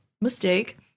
mistake